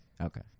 Okay